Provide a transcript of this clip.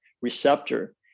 receptor